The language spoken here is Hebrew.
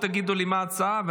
תגידו לי מה ההצעה,